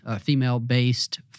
female-based